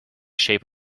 shape